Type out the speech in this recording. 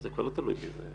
זה כבר לא תלוי בי.